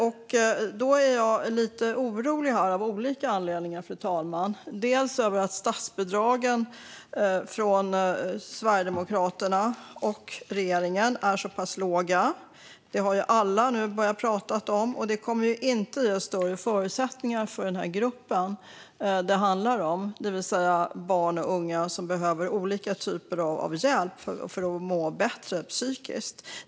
Jag är lite orolig av olika anledningar, fru talman. En är att statsbidragen från Sverigedemokraterna och regeringen är så pass låga, vilket alla nu har börjat prata om. Det kommer inte att ge bättre förutsättningar för den här gruppen, det vill säga barn och unga som behöver olika typer av hjälp för att må bättre psykiskt.